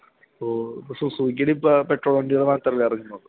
ഓ ഇപ്പം സുസൂക്കീടിപ്പം പെട്രോള് വണ്ടികൾ മാത്രമല്ലേ ഇറങ്ങുന്നുള്ളു